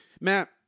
Matt